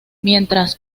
mientras